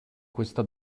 questa